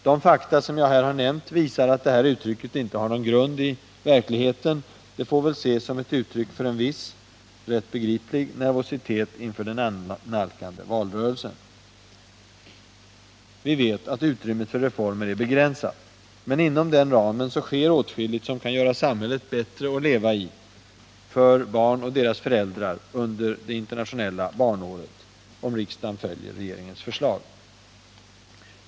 De fakta som jag nu har nämnt visar att detta uttryck inte har någon grund i verkligheten. Det får väl ses som uttryck för en viss — rätt begriplig — nervositet inför den annalkande valrörelsen. Utrymmet för reformer är begränsat. Men inom den ramen sker åtskilligt som kan göra samhället bättre att leva i för barn och för deras föräldrar under det internationella barnåret, om riksdagen följer regeringens förslag.